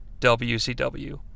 WCW